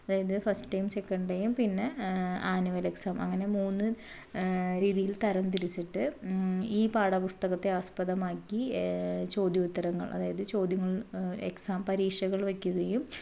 അതായത് first term second term പിന്നെ annual exam അങ്ങനെ മൂന്ന് രീതിയിൽ തരം തിരിച്ചിട്ട് ഈ പാഠപുസ്തകത്തെ ആസ്പദമാക്കി ചോദ്യോത്തരങ്ങൾ അതായത് ചോദ്യം എക്സാം പരീക്ഷകൾ വെക്കുകയും